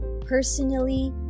personally